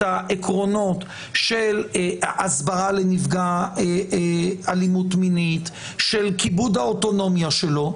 העקרונות של הסברה לנפגע אלימות מינית ושל כיבוד האוטונומיה שלו.